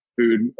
food